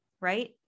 right